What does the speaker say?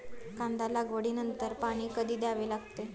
कांदा लागवडी नंतर पाणी कधी द्यावे लागते?